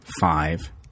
five